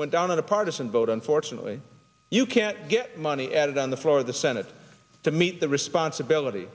went down on a partisan vote unfortunately you can't get money added on the floor of the senate to meet the responsibility